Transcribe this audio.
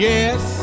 Yes